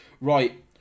Right